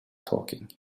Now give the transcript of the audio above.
talking